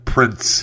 Prince